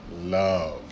love